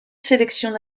sélections